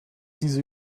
diese